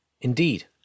Indeed